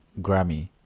Grammy